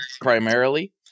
primarily